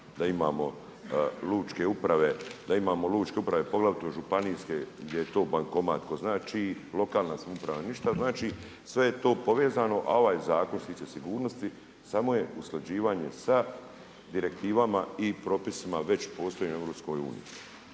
da imamo lučke uprave, da imamo lučke uprave poglavito županijske gdje je to bankomat. To znači lokalna uprava ništa, znači sve je to povezano. A ovaj zakon što se tiče sigurnosti samo je usklađivanje da direktivama i propisima već postojećim u EU.